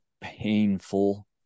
painful